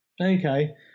Okay